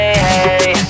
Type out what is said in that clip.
hey